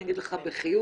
אני אגיד לך בחיוך,